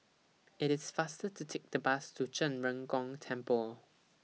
IT IS faster to Take The Bus to Zhen Ren Gong Temple